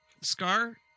Scar